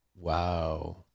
wow